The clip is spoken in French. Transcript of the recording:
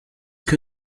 que